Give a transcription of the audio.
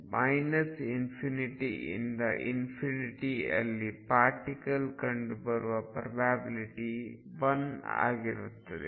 ಆದ್ದರಿಂದ −∞ ಇಂದ ∞ ಅಲ್ಲಿ ಪಾರ್ಟಿಕಲ್ ಕಂಡುಬರುವ ಪ್ರೊಬ್ಯಾಬಿಲ್ಟಿ 1 ಆಗಿರುತ್ತದೆ